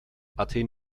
athen